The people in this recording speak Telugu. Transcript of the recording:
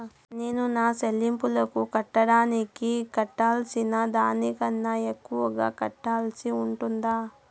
నేను నా సెల్లింపులకు కట్టేదానికి కట్టాల్సిన దానికన్నా ఎక్కువగా కట్టాల్సి ఉంటుందా?